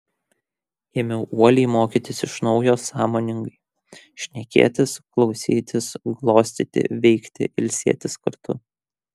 ėmiau uoliai mokytis iš naujo sąmoningai šnekėtis klausytis glostyti veikti ilsėtis kartu